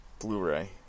blu-ray